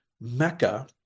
Mecca